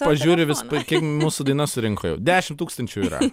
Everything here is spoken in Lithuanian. pažiūriu vis p kiek mūsų daina surinko jau dešimt tūkstančių yra